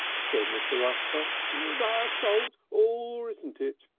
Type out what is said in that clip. said mr. rusper. that assault? or isn't it?